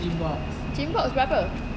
GYMMBOXX berapa